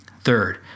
Third